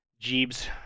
Jeebs